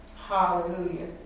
Hallelujah